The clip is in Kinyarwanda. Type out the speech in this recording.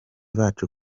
bacu